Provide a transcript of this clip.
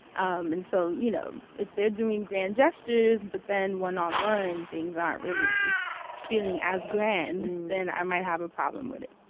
um and so, you know if they're doing grand gestures, but then one-on-one, things aren't really feeling as grand, then i might have a problem with it.